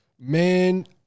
man